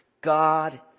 God